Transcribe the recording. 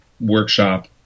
workshop